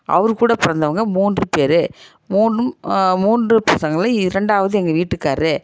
அவர் கூட பிறந்தவங்க மூன்று பேரு மூணும் மூன்று பசங்களில் இரண்டாவது எங்கள் வீட்டுக்காரர்